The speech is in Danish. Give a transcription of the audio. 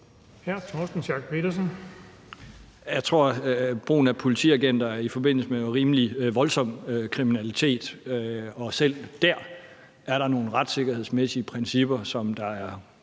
Jeg tror, at brugen af politiagenter sker i forbindelse med noget rimelig voldsom kriminalitet og selv dér er der nogle retssikkerhedsmæssige principper, som der er